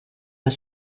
per